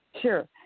Sure